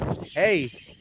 Hey